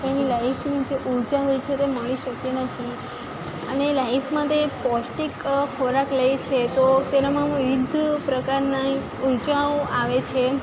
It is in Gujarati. એની લાઇફની જે ઉર્જા હોય છે તે મળી શકતી નથી અને લાઇફમાં તે પૌષ્ટિક ખોરાક લે છે તો તેનામાં વિવિધ પ્રકારની ઉર્જાઓ આવે છે